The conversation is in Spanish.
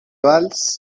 valls